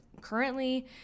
currently